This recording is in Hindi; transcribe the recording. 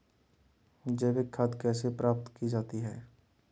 जैविक खाद कैसे प्राप्त की जाती है?